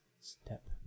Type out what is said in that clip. Step